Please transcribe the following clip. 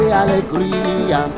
alegría